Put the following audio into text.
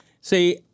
see